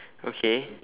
okay